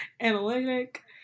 analytic